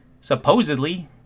supposedly